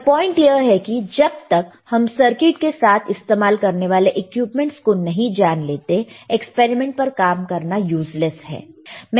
पर पॉइंट यह है कि जब तक हम सर्किट के साथ इस्तेमाल करने वाले इक्विपमेंट्स को नहीं जान लेते एक्सपेरिमेंट पर काम करना यूज़ लेस है